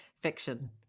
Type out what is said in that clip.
fiction